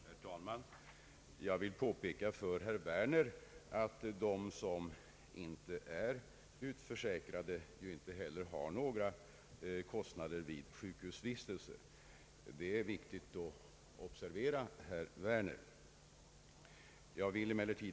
Herr talman! Jag vill påpeka för herr Werner att de som inte är utförsäkrade ju inte heller har några kostnader vid sjukhusvistelse. Det är viktigt att observera, herr Werner.